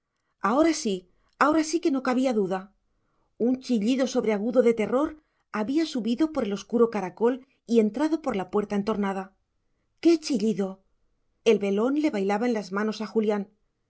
ahora sí ahora sí que no cabía duda un chillido sobreagudo de terror había subido por el oscuro caracol y entrado por la puerta entornada qué chillido el velón le bailaba en las manos a julián